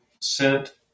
sent